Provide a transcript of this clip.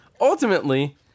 Ultimately